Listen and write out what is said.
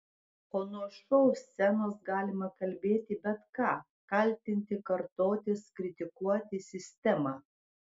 o nuo šou scenos galima kalbėti bet ką kaltinti kartotis kritikuoti sistemą